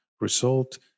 result